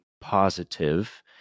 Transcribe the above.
positive